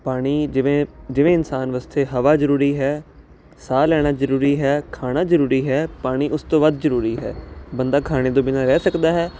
ਪਾਣੀ ਜਿਵੇਂ ਜਿਵੇਂ ਇਨਸਾਨ ਵਾਸਤੇ ਹਵਾ ਜ਼ਰੂਰੀ ਹੈ ਸਾਹ ਲੈਣਾ ਜ਼ਰੂਰੀ ਹੈ ਖਾਣਾ ਜ਼ਰੂਰੀ ਹੈ ਪਾਣੀ ਉਸ ਤੋਂ ਵੱਧ ਜ਼ਰੂਰੀ ਹੈ ਬੰਦਾ ਖਾਣੇ ਤੋਂ ਬਿਨਾਂ ਰਹਿ ਸਕਦਾ ਹੈ